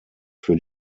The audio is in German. für